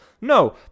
No